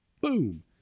Boom